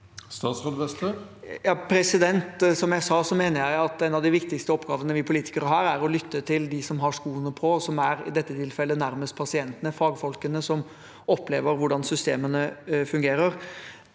Som jeg sa, mener jeg at en av de viktigste oppgavene vi politikere har, er å lytte til dem som har skoene på, som i dette tilfellet er dem nærmest pasientene, fagfolkene, som opplever hvordan systemene fungerer.